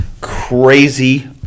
crazy